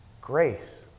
grace